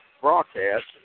Broadcast